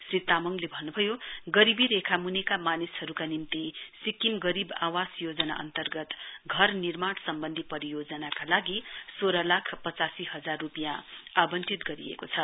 श्री तामाङले अन्न्भयो गरीबी रेखा म्निका मानिसहरुका निम्ति सिक्किम गरीब आवास योजना अन्तर्गत घर निर्माण सम्वन्धी परियोजनाका लागि सोह्र लाख पचासी हजार रुपियाँ आवंटित गरिएको छ